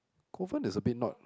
Kovan is a bit not